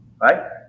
Right